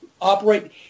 operate